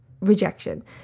rejection